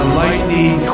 lightning